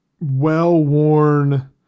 well-worn